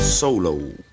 solo